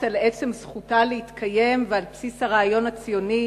על עצם זכותה להתקיים ועל בסיס הרעיון הציוני,